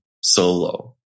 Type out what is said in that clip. solo